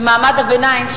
ומעמד הביניים,